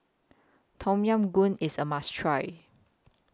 Tom Yam Goong IS A must Try